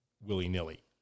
willy-nilly